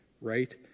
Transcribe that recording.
right